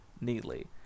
neatly